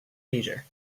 leisure